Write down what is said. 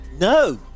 No